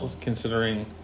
Considering